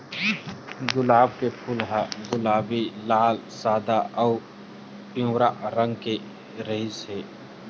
गुलाब के फूल ह गुलाबी, लाल, सादा अउ पिंवरा रंग के रिहिस हे